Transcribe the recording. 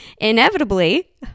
inevitably